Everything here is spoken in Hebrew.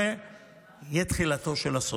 זאת תהיה תחילתו של הסוף.